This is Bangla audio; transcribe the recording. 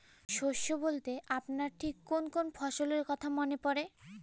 শস্য বলতে আপনার ঠিক কোন কোন ফসলের কথা মনে পড়ে?